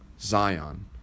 Zion